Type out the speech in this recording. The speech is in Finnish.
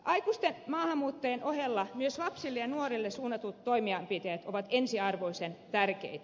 aikuisten maahanmuuttajien ohella myös lapsille ja nuorille suunnatut toimenpiteet ovat ensiarvoisen tärkeitä